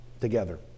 together